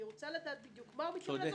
אני רוצה לדעת בדיוק מה הוא מתכוון לעשות.